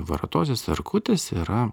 varatozės erkutės yra